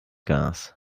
gas